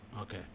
Okay